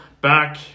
back